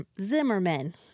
Zimmerman